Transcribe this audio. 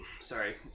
Sorry